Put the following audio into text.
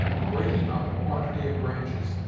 and, breaking off a quantity of branches,